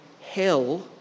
hell